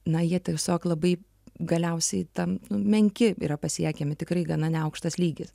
na jie tiesiog labai galiausiai tam menki yra pasiekiami tikrai gana neaukštas lygis